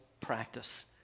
practice